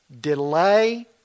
Delay